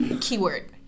Keyword